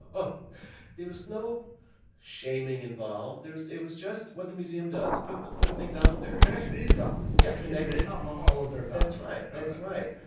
but there was no shaming involved there. it was just what the museum does put them put things out there connect these dots yeah connected among all of their dots right that's right.